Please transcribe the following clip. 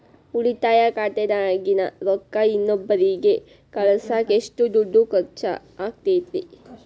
ಉಳಿತಾಯ ಖಾತೆದಾಗಿನ ರೊಕ್ಕ ಇನ್ನೊಬ್ಬರಿಗ ಕಳಸಾಕ್ ಎಷ್ಟ ದುಡ್ಡು ಖರ್ಚ ಆಗ್ತೈತ್ರಿ?